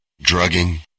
drugging